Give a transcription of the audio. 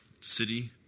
city